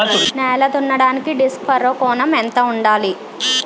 నేల దున్నడానికి disc furrow కోణం ఎంత ఉండాలి?